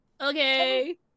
Okay